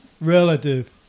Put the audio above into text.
relative